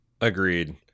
Agreed